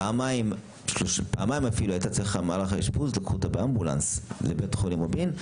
פעמיים במהלך האשפוז לקחו אותה באמבולנס לבית חולים רבין,